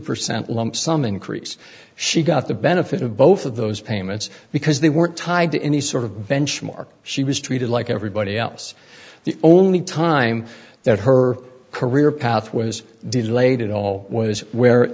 percent lump sum increase she got the benefit of both of those payments because they weren't tied to any sort of benchmark she was treated like everybody else the only time that her career path was delayed at all was where